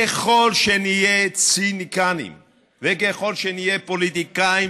ככל שנהיה ציניקנים וככל שנהיה פוליטיקאים